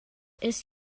ist